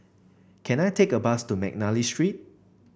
can I take a bus to McNally Street